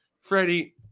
Freddie –